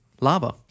lava